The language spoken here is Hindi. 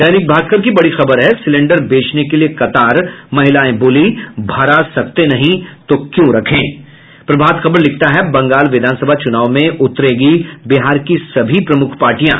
दैनिक भास्कर की बड़ी खबर है सिलेंडर बेचने के लिए कतार महिलाएं बोलीं भरा सकते नहीं तो क्यों रखें प्रभात खबर लिखता है बंगाल विधानसभा चुनाव में उतरेंगी बिहार की सभी प्रमुख पार्टियां